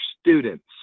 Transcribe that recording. students